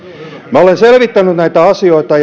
minä olen selvittänyt näitä asioita